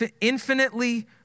infinitely